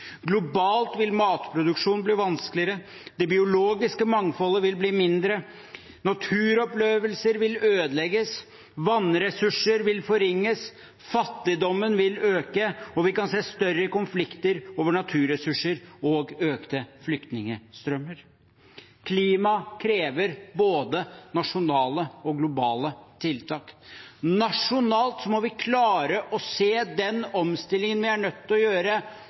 Globalt vil matproduksjon bli vanskeligere. Det biologiske mangfoldet vil bli mindre. Naturopplevelser vil ødelegges, vannressurser vil forringes, fattigdommen vil øke, og vi vil se større konflikter over naturressurser og økte flyktningestrømmer. Klimaet krever både nasjonale og globale tiltak. Nasjonalt må vi klare å se den omstillingen vi er nødt til å gjøre,